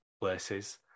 places